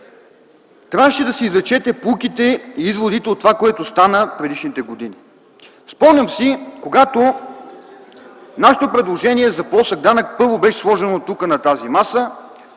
трябваше да си извлечете поуките и изводите от това, което стана предишните години. Спомням си, когато нашето предложение за плосък данък беше сложено първо тук - на тази маса,